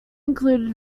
included